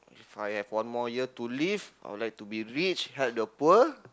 If I have one more year to live I would like to be rich help the poor